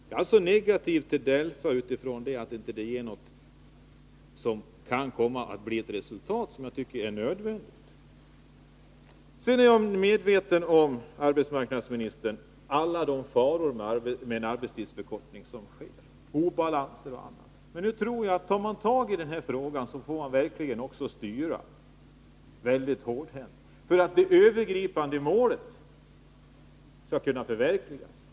Det är negativt för DELFA, eftersom det enligt min mening inte kan bli något nöjaktigt resultat. Jag är medveten, fru arbetsmarknadsminister, om alla de faror som är förknippade med en arbetstidsförkortning: obalanser och annat. Men jag tror att om man tar tag i frågan får man verkligen också styra mycket hårdhänt för att det övergripande målet skall kunna förverkligas.